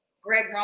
Greg